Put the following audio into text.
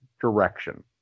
direction